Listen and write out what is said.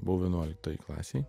buvau vienuoliktoj klasėj